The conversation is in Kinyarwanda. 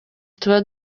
tuba